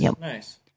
Nice